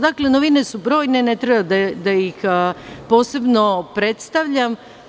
Dakle, novine su brojne, ne treba da ih posebno predstavljam.